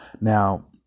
Now